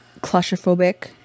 claustrophobic